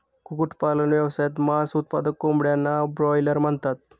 कुक्कुटपालन व्यवसायात, मांस उत्पादक कोंबड्यांना ब्रॉयलर म्हणतात